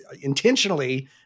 intentionally